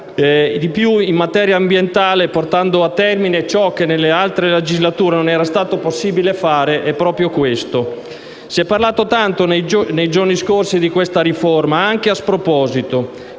di più in materia ambientale, portando a termine ciò che nelle scorse legislature non era stato possibile fare, è proprio questo. Si è parlato tanto nei giorni scorsi di questa riforma, anche a sproposito,